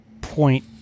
point